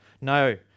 No